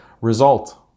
result